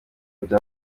bya